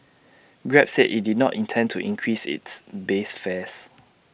grab said IT did not intend to increase its base fares